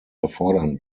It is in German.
erfordern